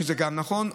שזה גם נכון,